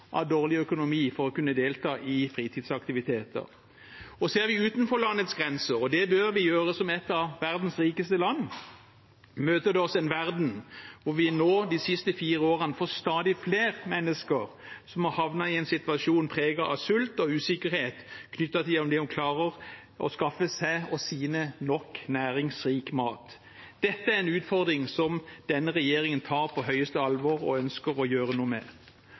å kunne delta i fritidsaktiviteter på grunn av dårlig økonomi. Ser vi utenfor landets grenser – og det bør vi gjøre, som et av verdens rikeste land – møter det oss en verden hvor det nå, de fire siste årene, har blitt stadig flere mennesker som har havnet i en situasjon preget av sult og usikkerhet knyttet til om de klarer å skaffe seg og sine nok næringsrik mat. Dette er en utfordring som denne regjeringen tar på høyeste alvor, og ønsker å gjøre noe med.